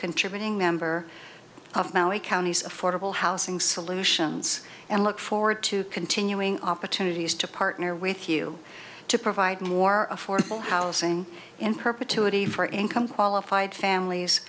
contributing member of maui county's affordable housing solutions and look forward to continuing opportunities to partner with you to provide more affordable housing in perpetuity for income qualified families